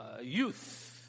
youth